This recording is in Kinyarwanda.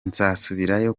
nzasubirayo